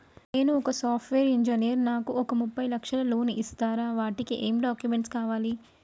నేను ఒక software engineer నాకు ఒక ముప్పై లక్షల లోన్ ఇస్తరా? వాటికి ఏం డాక్యుమెంట్స్ కావాలి?